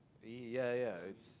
ya ya it's